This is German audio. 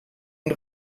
und